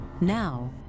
Now